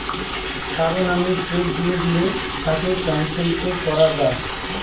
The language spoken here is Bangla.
কারো নামে চেক দিয়ে দিলে তাকে ক্যানসেল করা যায়